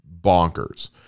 bonkers